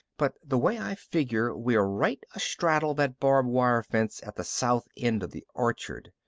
but the way i figure, we're right astraddle that barbed-wire fence at the south end of the orchard.